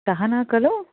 सहना खलु